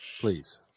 Please